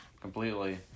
completely